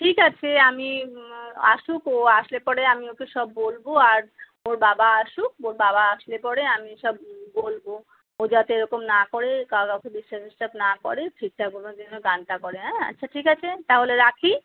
ঠিক আছে আমি আসুক ও আসলে পরে আমি ওকে সব বলবো আর ওর বাবা আসুক ওর বাবা আসলে পরে আমি সব বলবো ও যাতে এরকম না করে কারোর অতো ডিসটার্ব ডিসটার্ব না করে ঠিকঠাকভাবে যেন গানটা করে অ্যাঁ আচ্ছা ঠিক আছে তাহলে রাখি